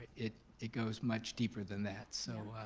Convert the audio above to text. it it goes much deeper than that. so,